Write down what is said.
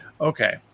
okay